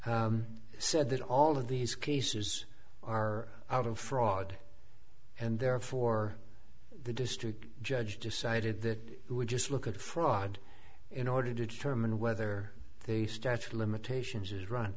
below said that all of these cases are out of fraud and therefore the district judge decided that we would just look at fraud in order to determine whether the statute of limitations is r